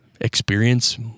experience